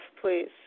please